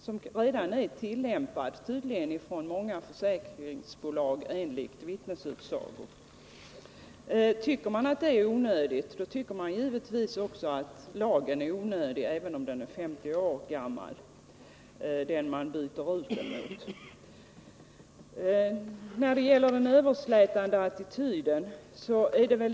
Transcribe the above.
Tydligen arbetar redan många Tisdagen den försäkringsbolag i linje med denna lagstiftning, enligt vittnesutsago. Tycker 18 december 1979 man att det är onödigt, då tycker man givetvis också att det är onödigt att byta ut lagen, även om den är 50 år gammal. Konsumentförsäk Här har talats om en överslätande attityd.